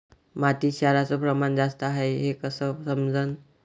मातीत क्षाराचं प्रमान जास्त हाये हे कस समजन?